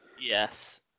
Yes